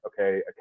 okay